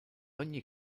ogni